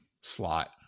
slot